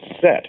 set